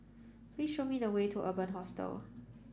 please show me the way to Urban Hostel